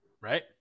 Right